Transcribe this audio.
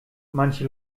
manche